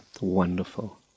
wonderful